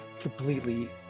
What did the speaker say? Completely